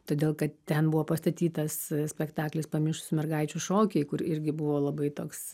todėl kad ten buvo pastatytas spektaklis pamišusių mergaičių šokiai kur irgi buvo labai toks